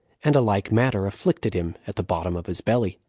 and a like matter afflicted him at the bottom of his belly.